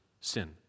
Sin